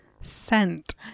scent